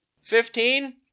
Fifteen